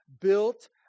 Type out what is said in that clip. Built